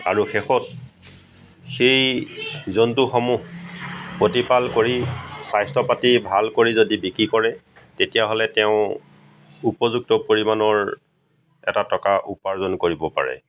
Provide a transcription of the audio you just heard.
আৰু শেষত সেই জন্তুসমূহ প্ৰতিপাল কৰি স্বাস্থ্য পাতি ভাল কৰি যদি বিক্ৰী কৰে তেতিয়াহ'লে তেওঁ উপযুক্ত পৰিমাণৰ এটা টকা উপাৰ্জন কৰিব পাৰে